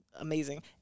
amazing